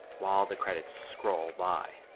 while the credits scroll by.